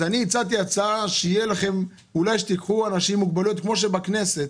אני הצעתי הצעה שאולי תיקחו אנשים עם מוגבלויות כמו שבכנסת,